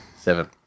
Seven